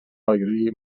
oeri